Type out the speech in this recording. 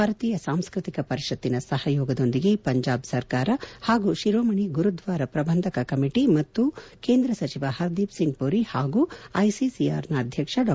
ಭಾರತೀಯ ಸಾಂಸ್ಕೃತಿಕ ಪರಿಷತ್ತಿನ ಸಹಯೋಗದೊಂದಿಗೆ ಪಂಜಾಬ್ ಸರ್ಕಾರ ಹಾಗೂ ಶಿರೋಮಣಿ ಗುರುದ್ದಾರ ಪ್ರಬಂಧಕ ಕಮಿಟಿ ಮತ್ತು ಕೇಂದ್ರ ಸಚಿವ ಹರ್ದೀಪ್ ಸಿಂಗ್ ಪೂರಿ ಹಾಗೂ ಐಸಿಸಿಆರ್ನ ಅಧ್ಯಕ್ಷ ಡಾ